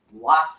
Lots